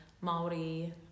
Maori